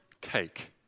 take